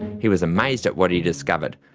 he was amazed at what he discovered.